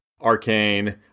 Arcane